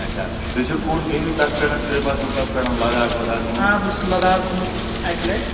آ بہٕ چھُس لَداخ گوٚمُت اکہِ لَٹہِ